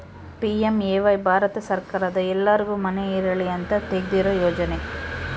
PMAY Bharat ಸರ್ಕಾರದ ಎಲ್ಲರ್ಗು ಮನೆ ಇರಲಿ ಅಂತ ತೆಗ್ದಿರೊ ಯೋಜನೆ